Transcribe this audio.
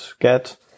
get